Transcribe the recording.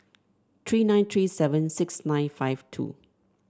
three nine three seven six nine five two